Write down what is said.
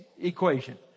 equation